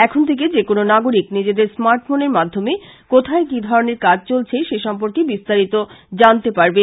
এখন থেকে যেকোনো নাগরিক নিজের স্মার্ট ফোনের মাধ্যমে কোথায় কি ধরনের কাজ চলছে সে সম্পর্কে বিস্তারিত জানতে পারবেন